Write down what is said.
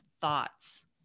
thoughts